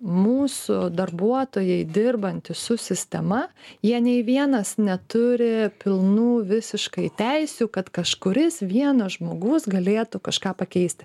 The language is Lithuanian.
mūsų darbuotojai dirbantys su sistema jie nei vienas neturi pilnų visiškai teisių kad kažkuris vienas žmogus galėtų kažką pakeisti